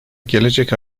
gelecek